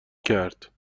کرد